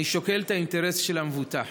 אני שוקל את האינטרס של המבוטח,